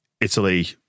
Italy